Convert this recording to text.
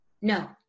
No